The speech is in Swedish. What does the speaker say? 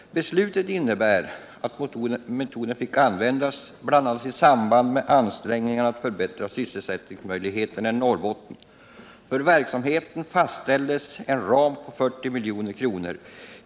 Beslutet innebär att metoden fick användas bl.a. i samband med ansträngningarna att förbättra sysselsättningsmöjligheterna i Norrbotten. För verksamheten fastställdes en ram på 40 milj.kr.